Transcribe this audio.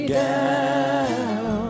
down